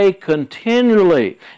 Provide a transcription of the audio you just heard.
continually